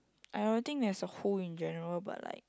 I don't think as a whole in general but like